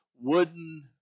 wooden